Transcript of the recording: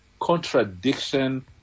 contradiction